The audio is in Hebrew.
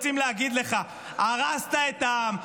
רוצים להגיד לך: הרסת את העם.